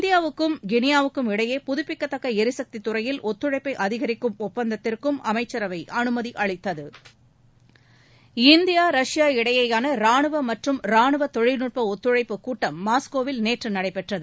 இந்தியாவுக்கும் கினியாவுக்கும் இடையே புதப்பிக்கதக்க அதிகரிக்கும் ஒப்பந்தத்திற்கும் அமைச்சரவை அனுமதி அளித்தது இந்தியா ரஷ்யா இடையிலான ராணுவ மற்றும் ராணுவ தொழில்நுட்ப ஒத்துழைப்பு கூட்டம் மாஸ்கோவில் நேற்று நடைபெற்றது